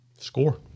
Score